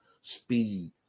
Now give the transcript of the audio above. speed